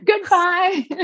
Goodbye